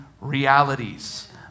realities